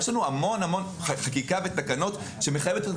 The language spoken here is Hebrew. יש לנו המון חקיקה ותקנות שמחייבת אותנו